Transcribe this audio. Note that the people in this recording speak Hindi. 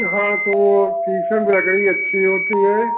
हाँ तो शीशम की लकड़ी अच्छी होती है